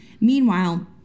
Meanwhile